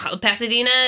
Pasadena